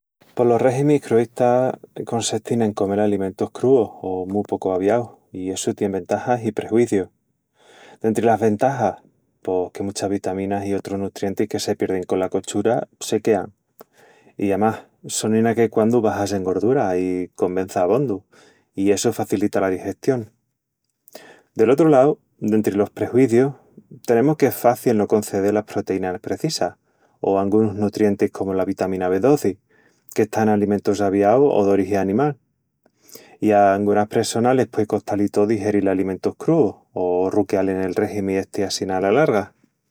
Pos los regimis cruístas consestin en comel alimentus crúus o mu pocu aviaus, i essu tien ventajas i prejuízius. Dentri las ventajas, pos... que muchas vitaminas i otrus nutrientis que se pierdin cola cochura se quean..., i amás, sonin a caiquandu baxas en gorduras i con bença abondu, i essu facilita la digestión. Del otru lau, dentri los prejuízius, tenemus qu'es faci el no concedel las proteínas precisas o angunus nutrientis comu la vitamina B12, que está en alimentus aviaus o d'origi animal. I a angunas pressonas les puei costal i tó digeril alimentus crúus o ruqueal en el régimi esti assín ala larga.